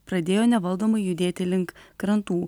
pradėjo nevaldomai judėti link krantų